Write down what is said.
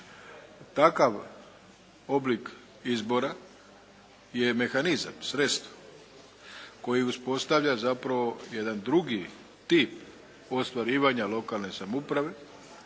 Takav oblik izbora je mehanizam, sredstvo koji uspostavlja zapravo jedan drugi tip ostvarivanja lokalne samouprave